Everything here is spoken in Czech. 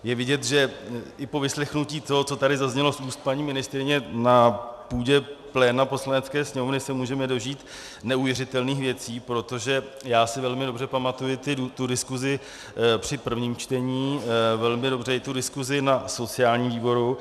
Je vidět, že i po vyslechnutí toho, co tady zaznělo z úst paní ministryně, na půdě pléna Poslanecké sněmovny se můžeme dožít neuvěřitelných věcí, protože já si velmi dobře pamatuji diskusi při prvním čtení, velmi dobře i tu diskusi na sociálním výboru.